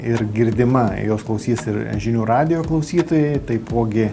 ir girdima jos klausys ir žinių radijo klausytojai taipogi